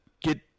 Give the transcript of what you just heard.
get